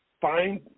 find